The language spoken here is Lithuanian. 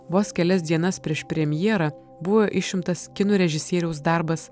vos kelias dienas prieš premjerą buvo išimtas kinų režisieriaus darbas